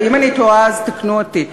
אם אני טועה אז תקנו אותי,